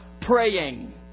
praying